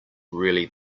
really